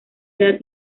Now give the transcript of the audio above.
edad